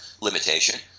limitation